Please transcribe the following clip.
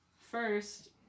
first